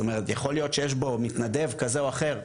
יכול להיות שיש בו מתנדב כזה או אחר.